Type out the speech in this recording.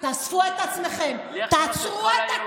תאספו את עצמכם, "לך כנוס את כל היהודים".